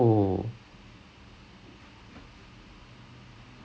ah ஒருத்தன்:oruthan so the first person I met வந்து:vanthu said